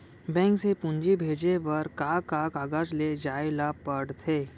Bank से पूंजी भेजे बर का का कागज ले जाये ल पड़थे?